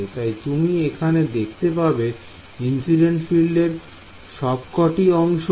তাই তুমি এখানে দেখতে পাবে ইন্সিডেন্ট ফিল্ডের সবকটি অংশই